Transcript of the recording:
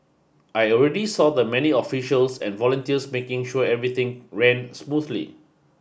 I already saw the many officials and volunteers making sure everything ran smoothly